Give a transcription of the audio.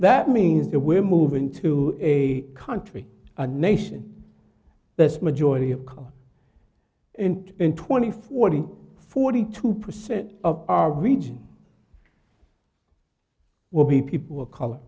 that means we're moving to a country a nation that's majority of color and in twenty four to forty two percent of our region will be people of color